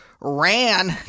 ran